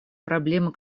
проблемы